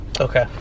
Okay